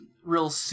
Real